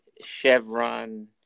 Chevron